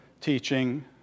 teaching